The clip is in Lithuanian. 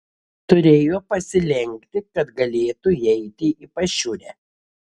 turėjo pasilenkti kad galėtų įeiti į pašiūrę